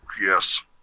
Yes